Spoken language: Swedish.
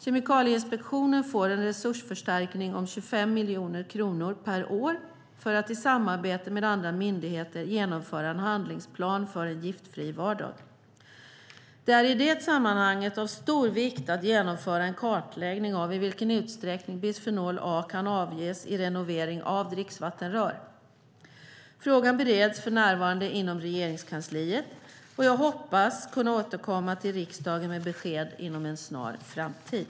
Kemikalieinspektionen får en resursförstärkning om 25 miljoner kronor per år för att i samarbete med andra myndigheter genomföra en handlingsplan för en giftfri vardag. Det är i det sammanhanget av stor vikt att genomföra en kartläggning av i vilken utsträckning bisfenol A kan avges vid renovering av dricksvattenrör. Frågan bereds för närvarande inom Regeringskansliet. Jag hoppas kunna återkomma till riksdagen med besked inom en snar framtid.